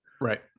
Right